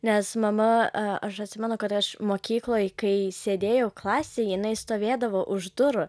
nes mama a aš atsimenu kad aš mokykloj kai sėdėjau klasėj jinai stovėdavo už durų